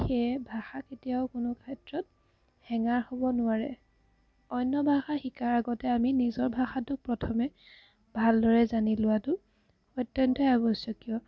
সেয়ে ভাষা কেতিয়াও কোনো ক্ষেত্ৰত হেঙাৰ হ'ব নোৱাৰে অন্য ভাষা শিকাৰ আগতে আমি নিজৰ ভাষাটোক প্ৰথমে ভালদৰে জানি লোৱাটো অত্যন্তই আৱশ্যকীয়